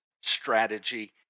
strategy